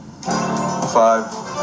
five